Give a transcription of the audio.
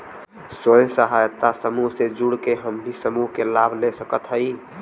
स्वयं सहायता समूह से जुड़ के हम भी समूह क लाभ ले सकत हई?